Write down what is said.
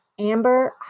Amber